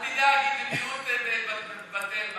אל תדאג היא במיעוט בטל בקואליציה.